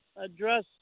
address